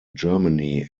germany